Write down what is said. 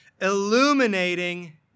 Illuminating